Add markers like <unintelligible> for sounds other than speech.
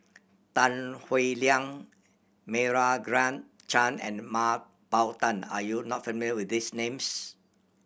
Tan Howe Liang Meira <unintelligible> Chand and Mah Bow Tan are you not familiar with these names